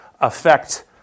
affect